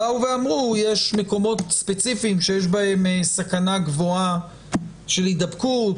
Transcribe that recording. אמרו שיש מקומות ספציפיים עם סכנה גבוהה להידבקות,